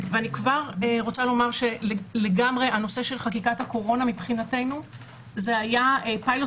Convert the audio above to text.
הנושא של חקיקת הקורונה מבחינתנו היה פילוט